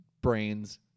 brains